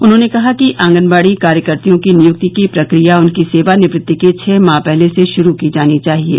उन्होंने कहा कि आंगनबाड़ी कार्यकत्रियों की नियुक्ति की प्रक्रिया उनकी सेवानिवृत्ति के छह माह पहले से शुरू की जानी चाहिये